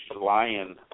lion